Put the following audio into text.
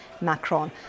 Macron